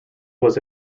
was